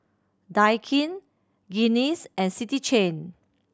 Daikin Guinness and City Chain